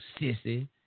sissy